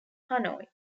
hanoi